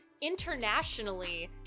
internationally